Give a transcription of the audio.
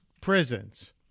prisons